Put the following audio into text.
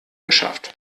geschafft